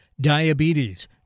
diabetes